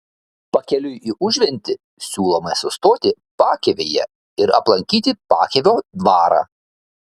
pakeliui į užventį siūlome sustoti pakėvyje ir aplankyti pakėvio dvarą